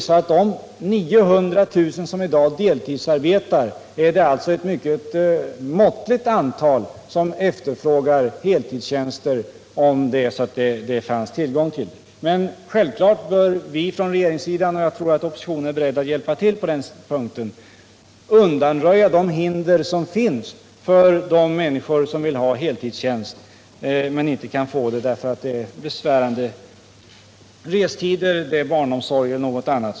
Av de 900 000 som i dag deltidsarbetar är det alltså ett måttligt antal som efterfrågar heltidstjänster. Men självfallet bör vi från regeringssidan — och jag tror att oppositionen är beredd att hjälpa till — försöka undanröja de hinder som finns för de människor som vill ha heltidstjänst men inte kan få det på grund av besvärande restider, barnomsorg eller annat.